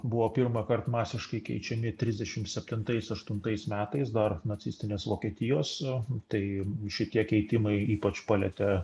buvo pirmąkart masiškai keičiami trisdešimt septintais aštuntais metais dar nacistinės vokietijos tai šitie keitimai ypač palietė